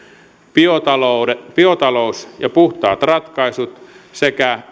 biotalous ja puhtaat ratkaisut sekä